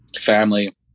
family